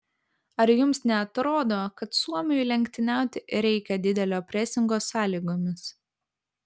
ar jums neatrodo kad suomiui lenktyniauti reikia didelio presingo sąlygomis